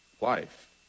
life